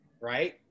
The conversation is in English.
right